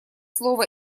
слово